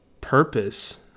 purpose